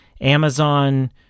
Amazon